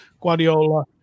Guardiola